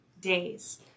days